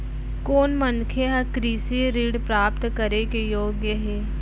कोन मनखे ह कृषि ऋण प्राप्त करे के योग्य हे?